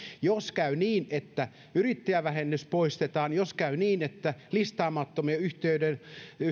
jos käy niin että yrittäjävähennys poistetaan jos käy niin että listaamattomien yhtiöiden